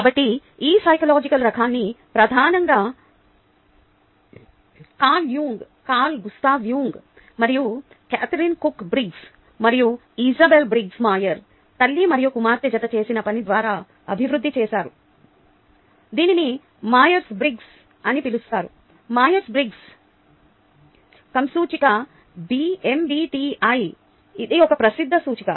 కాబట్టి ఈ సైకలాజికల్ రకాన్ని ప్రధానంగా Carl Jung Carl Gustav Jung మరియు కేథరీన్ కుక్ బ్రిగ్స్ మరియు ఇసాబెల్ బ్రిగ్స్ మైయర్స్ తల్లి మరియు కుమార్తె జత చేసిన పని ద్వారా అభివృద్ధి చేశారు దీనిని మైయర్స్ బ్రిగ్స్ అని పిలుస్తారు మైయర్స్ బ్రిగ్స్ రకం సూచిక MBTI ఇది ఒక ప్రసిద్ధ సూచిక